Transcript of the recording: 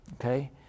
Okay